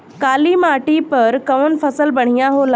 काली माटी पर कउन फसल बढ़िया होला?